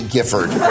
Gifford